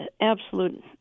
absolute